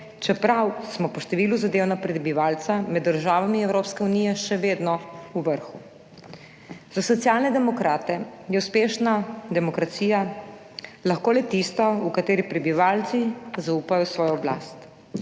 čeprav smo po številu zadev na prebivalca med državami Evropske unije še vedno v vrhu. Za Socialne demokrate je uspešna demokracija lahko le tista, v kateri prebivalci zaupajo v svojo oblast.